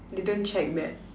they don't check that